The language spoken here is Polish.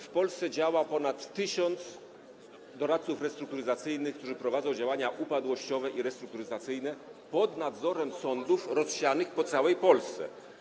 W Polsce działa ponad 1000 doradców restrukturyzacyjnych, którzy prowadzą działania upadłościowe i restrukturyzacyjne pod nadzorem sądów rozsianych po całej Polsce.